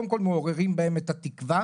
קודם כל מעוררים בהן את התקווה,